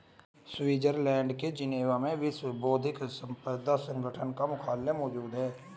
Switzerland के Geneva में विश्व बौद्धिक संपदा संगठन का मुख्यालय मौजूद है